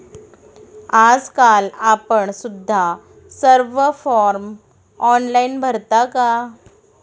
आजकाल आपण सुद्धा सर्व फॉर्म ऑनलाइन भरता का?